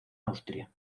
austria